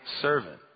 servant